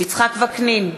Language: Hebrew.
יצחק וקנין,